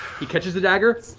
he catches the dagger